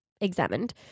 examined